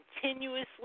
continuously